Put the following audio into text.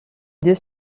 deux